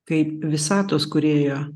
kaip visatos kūrėjo